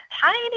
tiny